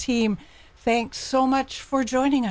team thanks so much for joining